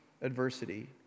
adversity